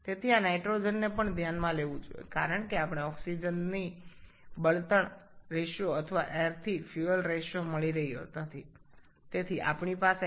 সুতরাং এই নাইট্রোজেনটিকেও বিবেচনা করতে হবে কারণ আমরা অক্সিজেন ও জ্বালানির অনুপাতের পরিবর্তে বা বায়ু ও জ্বালানী অনুপাত পাচ্ছি না